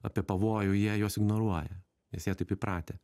apie pavojų jie juos ignoruoja nes jie taip įpratę